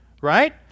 right